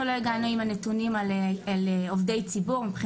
אנחנו לא הגענו עם הנתונים על עובדי ציבור.